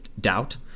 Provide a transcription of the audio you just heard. Doubt